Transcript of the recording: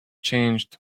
changed